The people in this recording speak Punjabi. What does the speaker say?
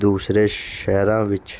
ਦੂਸਰੇ ਸ਼ਹਿਰਾਂ ਵਿੱਚ